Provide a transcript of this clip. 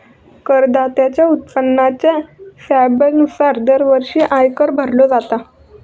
करदात्याच्या उत्पन्नाच्या स्लॅबनुसार दरवर्षी आयकर भरलो जाता